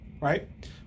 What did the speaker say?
right